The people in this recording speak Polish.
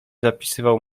zapisywał